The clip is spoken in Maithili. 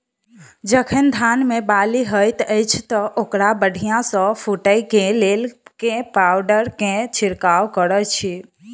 जखन धान मे बाली हएत अछि तऽ ओकरा बढ़िया सँ फूटै केँ लेल केँ पावडर केँ छिरकाव करऽ छी?